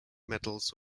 medals